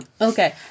Okay